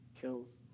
kills